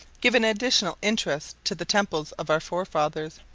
give an additional interest to the temples of our forefathers.